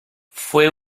fue